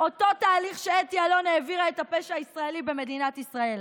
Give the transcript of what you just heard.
אותו תהליך שאתי אלון העבירה את הפשע הישראלי במדינת ישראל.